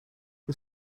the